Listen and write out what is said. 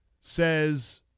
says